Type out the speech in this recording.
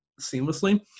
seamlessly